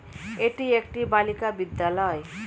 এটি একটি বালিকা বিদ্যালয়